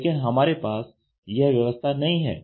लेकिन हमारे पास यह व्यवस्था नहीं है